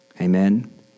Amen